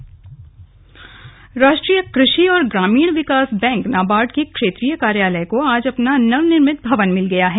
नाबार्ड राष्ट्रीय कृषि और ग्रामीण विकास बैंक नाबार्ड के क्षेत्रीय कार्यालय को आज अपना नवनिर्मित भवन मिल गया है